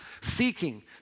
seeking